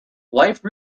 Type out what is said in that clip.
life